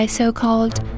so-called